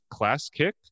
Classkick